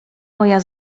moja